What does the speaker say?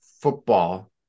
football